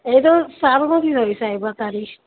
એ તો સારું નથી થયું સાહેબ અત્યારે